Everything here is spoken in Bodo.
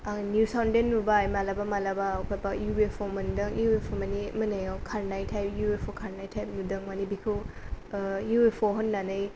ओमफ्राय निउजाव देन नुबाय माब्लाबा माब्लाबा इउ एफ अ मोनदों इउ एफ अ माने मोनायाव खारनाय टाइम नुदों माने बेखौ इउ एफ अ होननानै